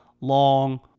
long